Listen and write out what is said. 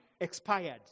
expired